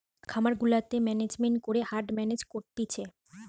খামার গুলাতে ম্যানেজমেন্ট করে হার্ড মেনেজ করতিছে